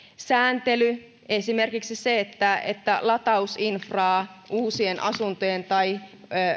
sääntely esimerkiksi se että että latausinfraa uusien asuntojen kerros tai